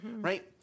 Right